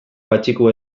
patxiku